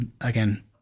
again